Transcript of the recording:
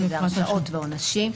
שזה הרשעות ועונשים,